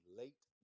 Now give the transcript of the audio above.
late